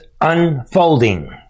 unfolding